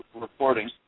reporting